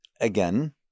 again